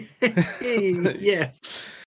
yes